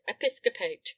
episcopate